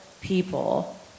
people